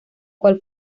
cual